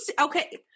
Okay